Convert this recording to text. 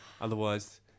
Otherwise